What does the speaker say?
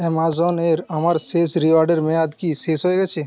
অ্যামাজনের আমার শেষ রিওয়ার্ডের মেয়াদ কি শেষ হয়ে গেছে